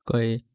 koi